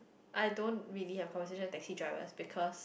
I don't really have conversations taxi drivers because